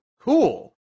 cool